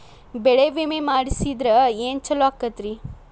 ಬೆಳಿ ವಿಮೆ ಮಾಡಿಸಿದ್ರ ಏನ್ ಛಲೋ ಆಕತ್ರಿ?